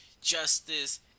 Justice